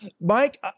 Mike